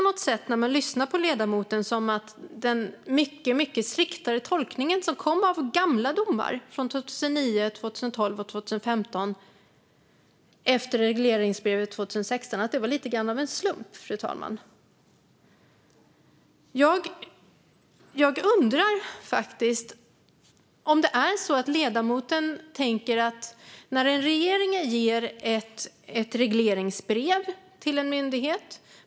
När man lyssnar på ledamoten låter det på något sätt som om den mycket striktare tolkningen som kom av gamla domar från 2009, 2012 och 2015 efter regleringsbrevet 2016 var lite grann av en slump, fru talman. Jag undrar vad ledamoten tänker om att en regering ger ett regleringsbrev till en myndighet.